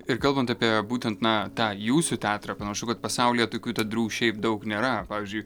ir kalbant apie būtent na tą jūsų teatrą panašu kad pasaulyje tokių teatrų šiaip daug nėra pavyzdžiui